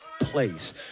place